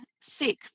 sick